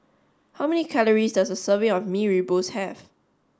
how many calories does a serving of Mee Rebus have